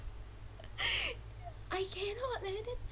I cannot leh then